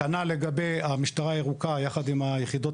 כנ"ל לגבי המשטרה הירוקה יחד עם היחידות